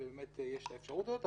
ובאמת יש את האפשרות הזאת,